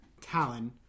Talon